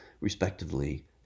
respectively